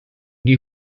die